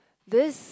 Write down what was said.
this